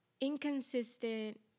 inconsistent